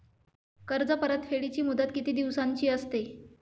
कर्ज परतफेडीची मुदत किती दिवसांची असते?